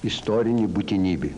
istorinė būtinybė